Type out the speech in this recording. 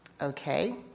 Okay